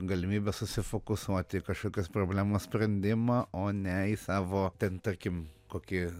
galimybė susifokusuoti į kažkokios problemos sprendimą o ne į savo ten tarkim kokį